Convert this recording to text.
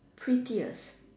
pettiest